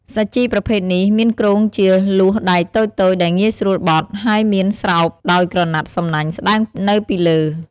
សាជីប្រភេទនេះមានគ្រោងជាលួសដែកតូចៗដែលងាយស្រួលបត់ ហើយមានស្រោបដោយក្រណាត់សំណាញ់ស្តើងនៅពីលើ។